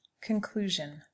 conclusion